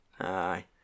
Aye